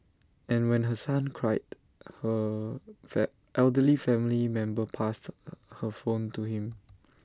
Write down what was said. and when her son cried her elderly family member passed her phone to him